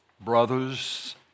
brothers